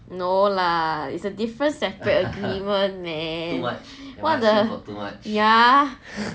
no lah it's a different separate agreement man what the ya